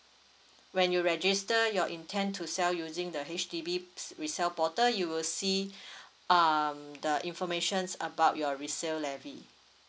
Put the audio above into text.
when you register your intent to sell using the H_D_B's resell portal you will see um the informations about your resale levy